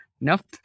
nope